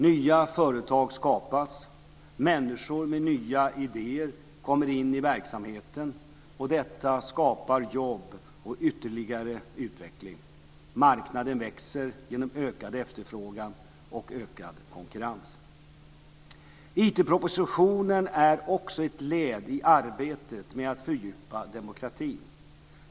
Nya företag skapas, människor med nya idéer kommer in i verksamheten, och detta skapar jobb och ytterligare utveckling. Marknaden växer genom ökad efterfrågan och ökad konkurrens. IT-propositionen är också ett led i arbetet med att fördjupa demokratin.